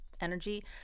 energy